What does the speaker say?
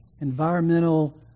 environmental